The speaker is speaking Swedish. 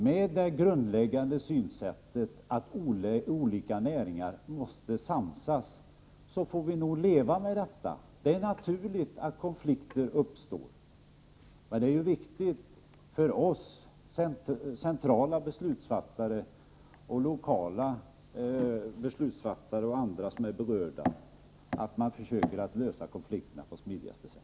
Med det grundläggande synsättet att olika näringar måste samsas får vi nog leva med detta. Det är naturligt att konflikter uppstår, men det är viktigt för oss centrala beslutsfattare, för lokala beslutsfattare och för andra som är berörda att vi försöker lösa konflikterna på smidigaste sätt.